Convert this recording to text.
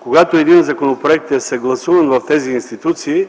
когато един законопроект е съгласуван в тези институции,